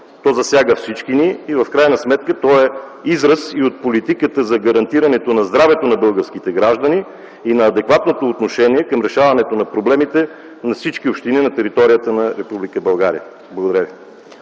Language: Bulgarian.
то засяга всички ни и в крайна сметка то е израз и на политиката за гарантиране здравето на българските граждани и на адекватното отношение към решаване на проблемите на всички общини на територията на Република България.